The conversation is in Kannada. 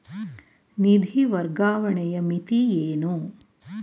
ನಿಧಿ ವರ್ಗಾವಣೆಯ ಮಿತಿ ಏನು?